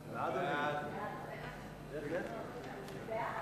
ההצעה להעביר את הצעת חוק הפטנטים (תיקון מס' 9)